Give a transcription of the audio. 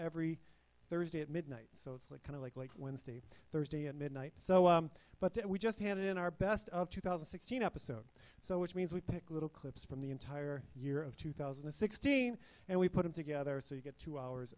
every thursday at midnight so it's like kind of like like wednesday thursday at midnight but we just handed in our best of two thousand sixteen episodes so which means we pick little clips from the entire year of two thousand and sixteen and we put them together so you get two hours